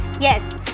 Yes